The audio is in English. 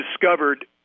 discovered